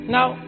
Now